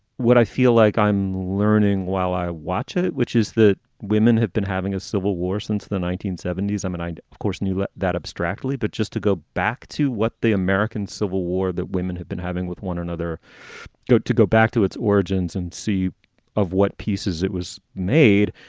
what i feel like i'm learning while i watch it, which is that women have been having a civil war since the nineteen seventy s, i'm an i, and of course, knew that abstractly. but just to go back to what the american civil war that women had been having with one another go to go back to its origins and see of what pieces it was made.